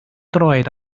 droed